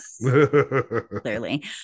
Clearly